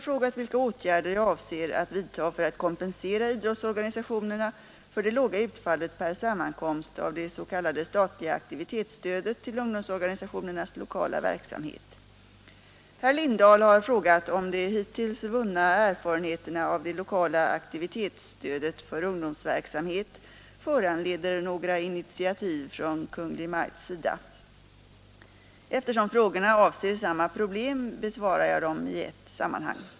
Herr Lindahl har frågat, om de hittills vunna erfarenheterna av det lokala aktivitetsstödet för ungdomsverksamhet föranleder några initiativ från Kungl. Maj:ts sida. Eftersom frågorna avser samma problem besvarar jag dem i ett sammanhang.